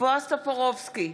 בועז טופורובסקי,